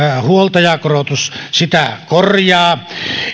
huoltajakorotus sitä korjaa